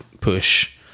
push